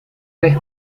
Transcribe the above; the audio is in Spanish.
eres